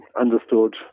understood